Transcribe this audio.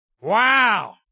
Wow